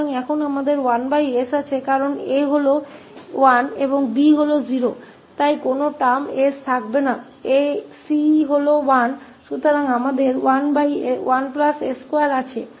तो अब यह होने पर हमारे पास 1s है क्योंकि A 1 है और 𝐵 0 है इसलिए कोई 𝑠 शब्द नहीं होगा 𝐶 1 है इसलिए हमारे पास 11s2 है